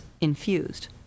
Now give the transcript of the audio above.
infused